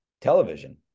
television